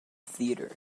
theatre